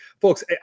Folks